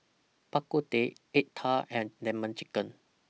Bak Kut Teh Egg Tart and Lemon Chicken